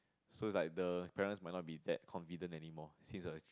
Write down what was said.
so it's like the parents might not be that confident anymore since you're